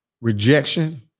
Rejection